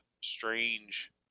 strange